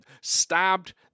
stabbed